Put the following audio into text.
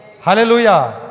Hallelujah